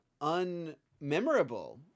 unmemorable